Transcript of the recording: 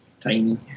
tiny